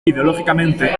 ideológicamente